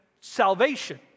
salvation